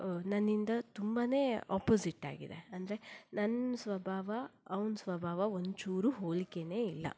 ನನ್ನಿಂದ ತುಂಬ ಆಪೊಸಿಟ್ ಆಗಿದೆ ಅಂದರೆ ನನ್ನ ಸ್ವಭಾವ ಅವನ ಸ್ವಭಾವ ಒಂಚೂರೂ ಹೋಲಿಕೆಯೇ ಇಲ್ಲ